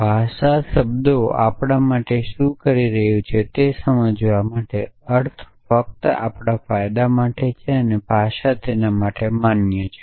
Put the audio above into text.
ભાષા શબ્દો આપણા માટે શું કરી રહ્યું છે તે સમજવા માટે અર્થ ફક્ત આપણા ફાયદા માટે છે અને ભાષા તેના માટે માન્ય છે